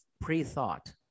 pre-thought